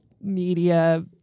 media